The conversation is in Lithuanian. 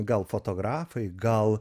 gal fotografai gal